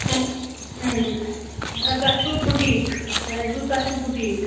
تۄہہِ چھو بُٹیٖک اَسہِ بوٗز تۄہہِ چھُو بُٹیٖک